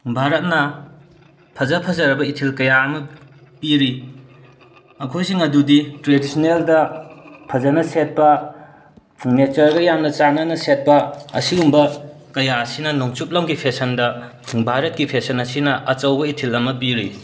ꯚꯥꯔꯠꯅ ꯐꯖ ꯐꯖꯔꯕ ꯏꯊꯤꯜ ꯀꯌꯥ ꯑꯃ ꯄꯤꯔꯤ ꯃꯈꯣꯏꯁꯤꯡ ꯑꯗꯨꯗꯤ ꯇ꯭ꯔꯦꯗꯤꯁꯟꯅꯦꯜꯗ ꯐꯖꯅ ꯁꯦꯠꯄ ꯅꯦꯆꯔꯒ ꯌꯥꯝꯅ ꯆꯥꯅꯅ ꯁꯦꯠꯄ ꯑꯁꯤꯒꯨꯝꯕ ꯀꯌꯥ ꯑꯁꯤꯅ ꯅꯣꯡꯆꯨꯞ ꯂꯝꯒꯤ ꯐꯦꯁꯟꯗ ꯚꯥꯔꯠꯀꯤ ꯐꯦꯁꯟ ꯑꯁꯤꯅ ꯑꯆꯧꯕ ꯏꯊꯤꯜ ꯑꯃ ꯄꯤꯔꯤ